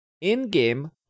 In-game